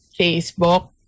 facebook